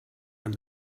and